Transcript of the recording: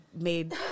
made